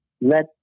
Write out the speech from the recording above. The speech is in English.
let